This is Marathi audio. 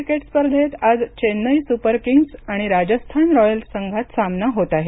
क्रिकेट स्पर्धेत आज चेन्नई सुपर किंग्स आणि राजस्थान रॉयल्स संघात सामना होत आहे